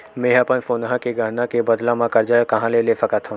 मेंहा अपन सोनहा के गहना के बदला मा कर्जा कहाँ ले सकथव?